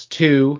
two